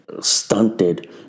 Stunted